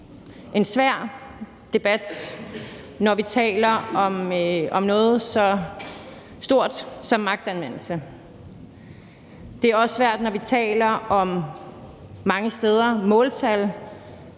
en svær debat, når vi taler om noget så stort som magtanvendelse. Det er også svært, når vi mange steder taler